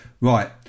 right